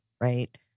right